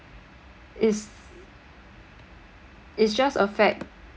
is is just a fact